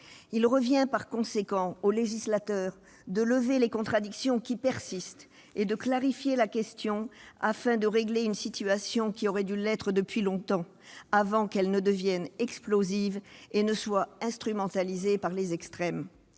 Il revient par conséquent au législateur de lever les contradictions qui persistent, de clarifier la question, et de régler une situation qui aurait dû l'être depuis longtemps, avant qu'elle ne devienne explosive et ne soit instrumentalisée par les extrêmes.